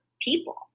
people